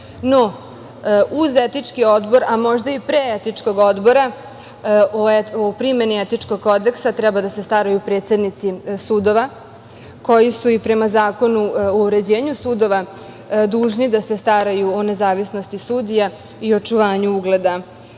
No, uz Etički odbor, a možda i pre Etičkog odbora, o primeni Etičkog kodeksa treba da se staraju predsednici sudova koji su i prema Zakonu o uređenju sudova dužni da se staraju o nezavisnosti sudija i očuvanju ugleda